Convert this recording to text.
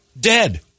Dead